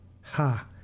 Ha